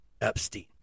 Epstein